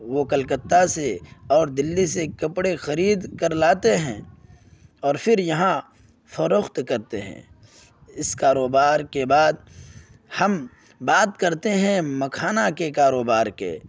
وہ کلکتہ سے اور دلی سے کپڑے خرید کر لاتے ہیں اور پھر یہاں فروخت کرتے ہیں اس کاروبار کے بعد ہم بات کرتے ہیں مکھانا کے کاروبار کے